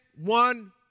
one